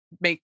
make